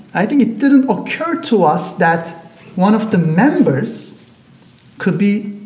i think it didn't occur to us that one of the members could be